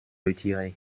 retirés